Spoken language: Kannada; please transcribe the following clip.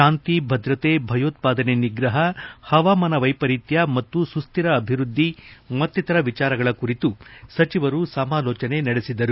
ಶಾಂತಿ ಭದ್ರತೆ ಭಯೋತ್ಪಾದನೆ ನಿಗ್ರಹ ಪವಾಮಾನ ವೈಪರಿತ್ಯ ಮತ್ತು ಸುಕ್ತಿರ ಅಭಿವೃದ್ಧಿ ಮತ್ತಿಕರ ವಿಚಾರಗಳ ಕುರಿತು ಸಚಿವರು ಸಮಾಲೋಜನೆ ನಡೆಸಿದರು